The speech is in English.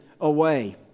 away